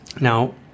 Now